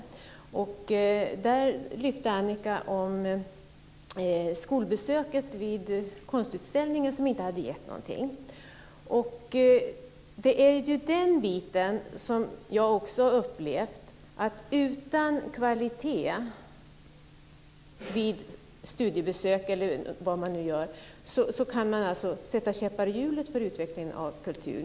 Annika berättade om ett besök på en konstutställning med skolan. Jag har också upplevt att utan kvalitet kan man sätta käppar i hjulet för utvecklandet av kultur.